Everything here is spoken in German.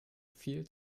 viel